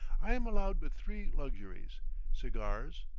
i am allowed but three luxuries cigars,